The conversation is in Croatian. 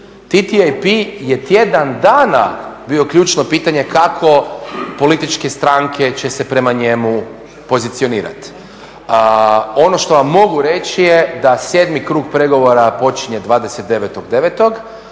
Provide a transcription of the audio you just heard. TTIP je tjedan dana bio ključno pitanje kako političke stranke će se prema njemu pozicionirati. Ono što vam mogu reći je da 7 krug pregovora počinje 29.9.